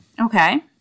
Okay